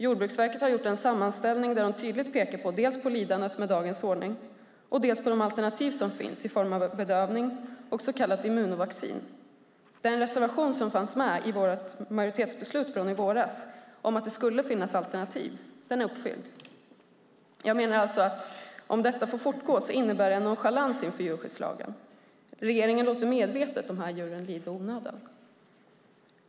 Jordbruksverket har gjort en sammanställning där de tydligt pekar dels på lidandet med dagens ordning, dels på de alternativ som finns i form av bedövning och så kallat immunovaccin. Det krav som fanns i reservationen i samband med majoritetsbeslutet i våras, att det skulle finnas alternativ, är uppfyllt. Jag menar därför att om den obedövade kastreringen får fortgå finns det en nonchalans för djurskyddslagen. Regeringen låter medvetet djuren lida i onödan.